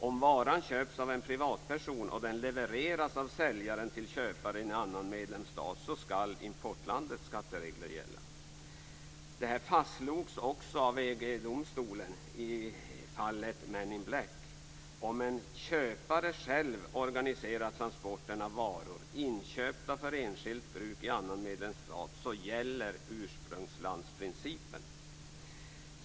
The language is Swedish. Om varan köps av en privatperson och levereras av säljaren till en köpare i annan medlemsstat skall importlandets skatteregler gälla. Det här fastslogs också av EG-domstolen i fallet The Man in Black. Om en köpare själv organiserar transporten av varor inköpta för enskilt bruk i annan medlemsstat gäller ursprungslandsprincipen.